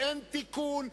אין תיקון,